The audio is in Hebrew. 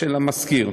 של המשכיר.